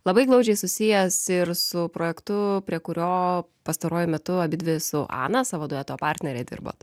labai glaudžiai susijęs ir su projektu prie kurio pastaruoju metu abidvi su ana savo dueto partnere dirbot